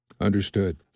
Understood